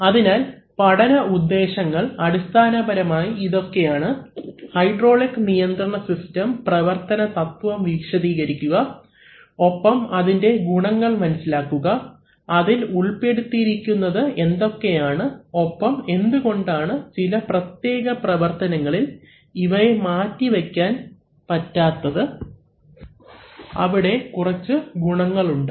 അതിനാൽ പഠന ഉദ്ദേശങ്ങൾ അടിസ്ഥാനപരമായി ഇതൊക്കെയാണ് ഹൈഡ്രോളിക് നിയന്ത്രണ സിസ്റ്റം പ്രവർത്തനതത്ത്വം വിശദീകരിക്കുക ഒപ്പം അതിൻറെ ഗുണങ്ങൾ മനസ്സിലാക്കുക അതിൽ ഉൾപ്പെടുത്തിയിരിക്കുന്നത് എന്തൊക്കെയാണ് ഒപ്പം എന്തു കൊണ്ടാണ് ചില പ്രത്യേക പ്രവർത്തനങ്ങളിൽ ഇവയെ മാറ്റിവയ്ക്കാൻ പറ്റാത്തത് അവിടെ ചില ഗുണങ്ങളുണ്ട്